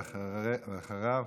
ואחריו,